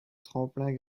tremplin